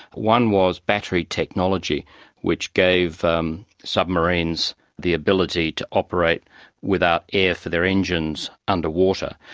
one was battery technology which gave um submarines the ability to operate without air for their engines under water.